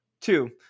Two